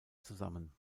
zusammen